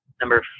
number